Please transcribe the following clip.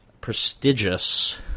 prestigious